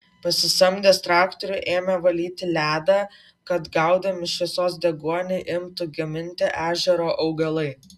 pasisamdęs traktorių ėmė valyti ledą kad gaudami šviesos deguonį imtų gaminti ežero augalai